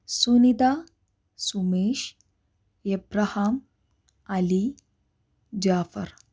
Sunitha Sumesh Abraham Ali Jafar